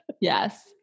Yes